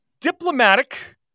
diplomatic